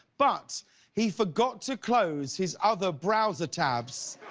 but he forgot to close his other browser tabs.